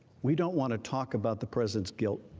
we don't want to talk about the presidents guilt.